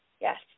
Yes